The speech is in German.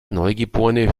neugeborene